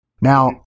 Now